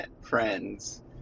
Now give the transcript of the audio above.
friends